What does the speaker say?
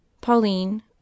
Pauline